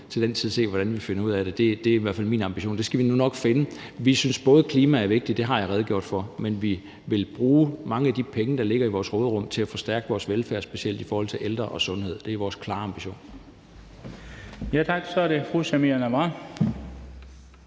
til den tid se, hvordan vi finder ud af det. Det er i hvert fald min ambition. Det skal vi nu nok finde ud af. Vi synes, at klima er vigtigt – det har jeg redegjort for – men vi vil bruge mange af de penge, der ligger i vores råderum, til at forstærke vores velfærd, specielt i forhold til ældre og sundhed. Det er vores klare ambition.